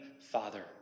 Father